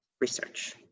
research